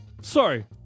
Sorry